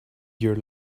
your